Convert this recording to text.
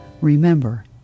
remember